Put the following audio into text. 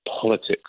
politics